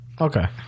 Okay